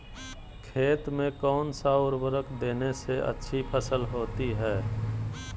खेत में कौन सा उर्वरक देने से अच्छी फसल होती है?